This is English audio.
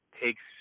takes